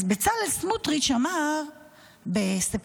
אז בצלאל סמוטריץ' אמר בספטמבר: